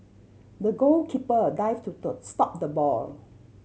the goalkeeper dive to tow stop the ball